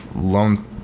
loan